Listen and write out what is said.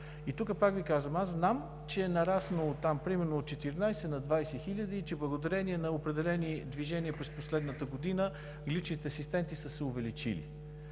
са необходими за това? Знам, че е нараснало там – примерно от 14 на 20 хиляди, че благодарение на определени движения през последната година личните асистенти са се увеличили.